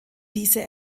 diese